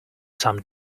some